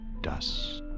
dust